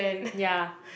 ya